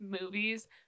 movies